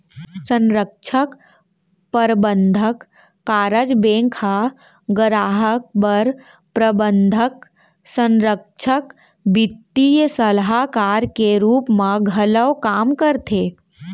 संरक्छक, परबंधक, कारज बेंक ह गराहक बर प्रबंधक, संरक्छक, बित्तीय सलाहकार के रूप म घलौ काम करथे